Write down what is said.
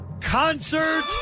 Concert